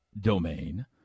domain